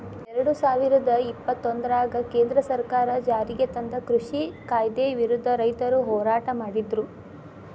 ಎರಡುಸಾವಿರದ ಇಪ್ಪತ್ತೊಂದರಾಗ ಕೇಂದ್ರ ಸರ್ಕಾರ ಜಾರಿಗೆತಂದ ಕೃಷಿ ಕಾಯ್ದೆ ವಿರುದ್ಧ ರೈತರು ಹೋರಾಟ ಮಾಡಿದ್ರು